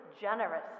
generous